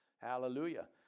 Hallelujah